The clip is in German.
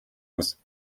muss